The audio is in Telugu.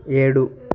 ఏడు